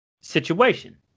situation